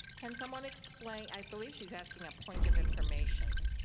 can someone explain i believe she's asking a point of information.